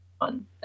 on